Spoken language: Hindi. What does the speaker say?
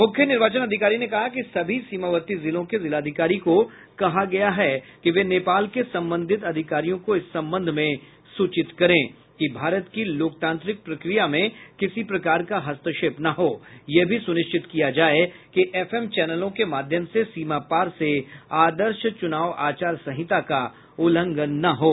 मुख्य निर्वाचन अधिकारी ने कहा कि सभी सीमावर्ती जिलो के जिलाधिकारी को कहा गया है कि वे नेपाल के संबंधित अधिकारियों को इस संबंध में सूचित करें की भारत की लोकतांत्रिक प्रकिया में किसी प्रकार का हस्तक्षेप न हों यह भी सुनिश्चित किया जाय की एफएम चौनलों के माध्यम से सीमापार से आदर्श चुनाव आचार संहिता का उल्लंघन न हों